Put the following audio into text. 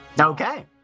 Okay